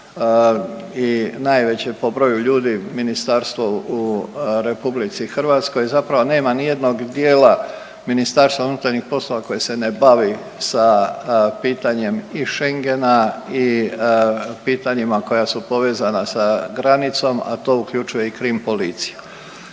i najveće po broju ljudi ministarstvo u RH, zapravo nema nijednog dijela MUP-a koje se ne bavi sa pitanjem i Schengena i pitanjima koja su povezana sa granicom, a to uključuje i krim policiju.